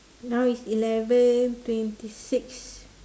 now is eleven twenty six